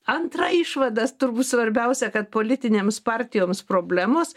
antra išvada turbūt svarbiausia kad politinėms partijoms problemos